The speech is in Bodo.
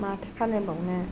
माथो खालामबावनो